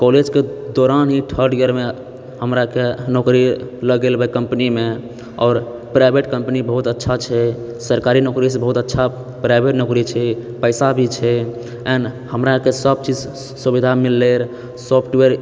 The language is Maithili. कॉलेजके दौरान ही थर्ड ईयरमे हमराके नौकरी लग गेल कम्पनीमेआओर प्राइवेट कम्पनी बहुत अच्छा छै सरकारी नौकरीसँ बहुत अच्छा प्राइवेट नौकरी छै पैसा भी छै एण्ड हमराके सबचीज सुविधा मिलैरऽ सॉफ्टवेयर